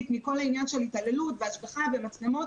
מכל העניין של התעללות והשגחה ומצלמות,